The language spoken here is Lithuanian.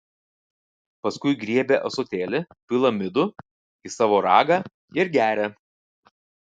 paskui griebia ąsotėlį pila midų į savo ragą ir geria